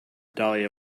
dahlia